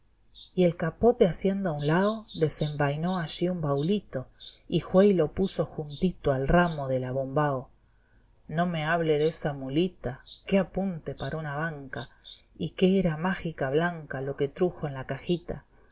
y el capote haciendo a un lao desenvainó allí un baulito y jué y lo puso juntito al ramo del abombao no me hable de esa mulita qué apunte para una banca i a que era mágica blanca lo que trujo en la cajita